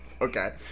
Okay